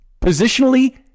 Positionally